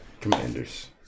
Commanders